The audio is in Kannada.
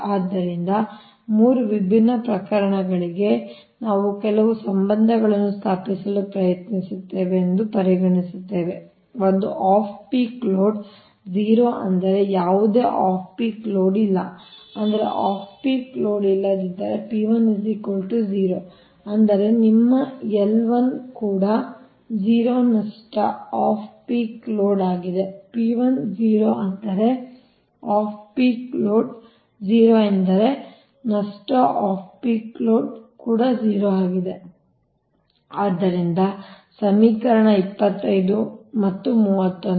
ಆದ್ದರಿಂದ 3 ವಿಭಿನ್ನ ಪ್ರಕರಣಗಳಿಗೆ ನಾವು ಕೆಲವು ಸಂಬಂಧಗಳನ್ನು ಸ್ಥಾಪಿಸಲು ಪ್ರಯತ್ನಿಸುತ್ತೇವೆ ಎಂದು ಪರಿಗಣಿಸುತ್ತೇವೆ ಒಂದು ಆಫ್ ಪೀಕ್ ಲೋಡ್ 0 ಅಂದರೆ ಯಾವುದೇ ಆಫ್ ಪೀಕ್ ಲೋಡ್ ಇಲ್ಲ ಅಂದರೆ ಆಫ್ ಪೀಕ್ ಲೋಡ್ ಇಲ್ಲದಿದ್ದರೆ P1 0 ಆಗಿದೆ ಅಂದರೆ ನಿಮ್ಮ L 1 ಕೂಡ 0 ನಷ್ಟ ಆಫ್ ಪೀಕ್ ಲೋಡ್ ಆಗಿದೆ P 1 0 ಅಂದರೆ ಆಫ್ ಪೀಕ್ ಲೋಡ್ 0 ಎಂದರೆ ನಷ್ಟ ಆಫ್ ಪೀಕ್ ಕೂಡ 0 ಆಗಿದೆ ಆದ್ದರಿಂದ ಸಮೀಕರಣ 25 ಮತ್ತು 31